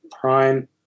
prime